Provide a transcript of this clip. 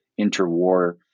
interwar